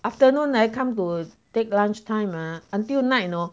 afternoon 来 come to take lunchtime mah until night you know